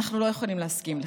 אנחנו לא יכולים להסכים לכך.